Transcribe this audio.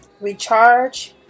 recharge